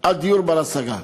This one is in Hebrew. על דיור בר-השגה.